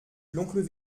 l’oncle